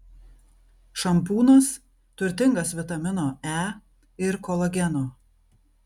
šampūnas turtingas vitamino e ir kolageno